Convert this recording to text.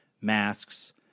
masks